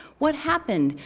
what happened,